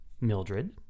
Mildred